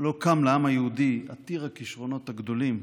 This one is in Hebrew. לא קם לעם היהודי, עתיר הכישרונות הגדולים,